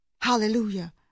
hallelujah